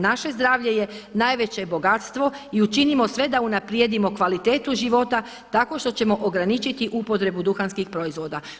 Naše zdravlje je najveće bogatstvo i učinimo sve da unaprijedimo kvalitetu života tako što ćemo ograničiti upotrebu duhanskih proizvoda.